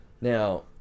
Now